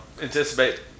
anticipate